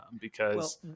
because-